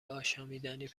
آشامیدنی